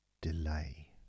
delay